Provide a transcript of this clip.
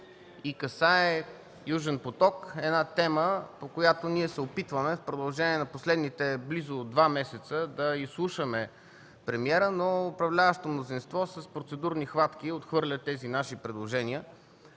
и касае „Южен поток” – една тема, по която ние се опитваме в продължение на последните близо два месеца да изслушаме премиера, но управляващото мнозинство с процедурни хватки отхвърля тези наши предложения.